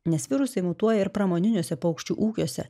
nes virusai mutuoja ir pramoniniuose paukščių ūkiuose